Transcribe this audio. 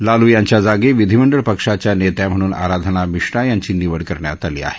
लालू यांच्या जागी विधीमंडळ पक्षाच्या नेत्या म्हणून आराधना मिश्रा यांची निवड करण्यात आली आहे